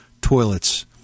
toilets